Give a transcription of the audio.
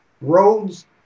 roads